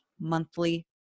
monthly